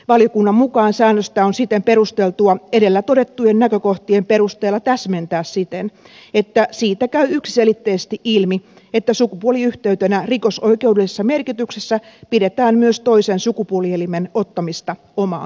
valiokunnan mukaan säännöstä on siten perusteltua edellä todettujen näkökohtien perusteella täsmentää siten että siitä käy yksiselitteisesti ilmi että sukupuoliyhteytenä rikosoikeudellisessa merkityksessä pidetään myös toisen sukupuolielimen ottamista omaan kehoon